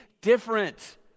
different